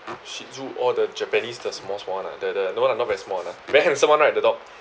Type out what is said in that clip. shih tzu orh the japanese the small small [one] ah the the the no lah not very small lah very handsome one right the dog